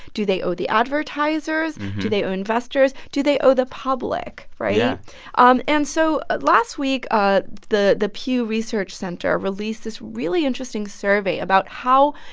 do they owe the advertisers? do they owe investors? do they owe the public? right? yeah um and so last week, ah but the the pew research center released this really interesting survey about how,